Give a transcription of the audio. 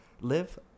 live